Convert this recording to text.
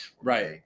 Right